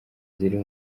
ziri